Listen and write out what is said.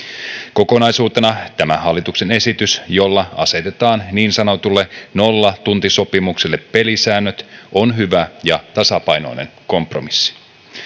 kokonaisuutena tämä hallituksen esitys jolla asetetaan niin sanotuille nollatuntisopimuksille pelisäännöt on hyvä ja tasapainoinen kompromissi